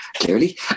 Clearly